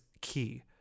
key